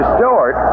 Stewart